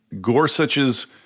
Gorsuch's